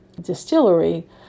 distillery